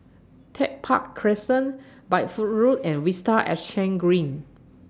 Tech Park Crescent Bideford Road and Vista Exhange Green